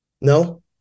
No